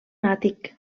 àtic